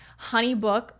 HoneyBook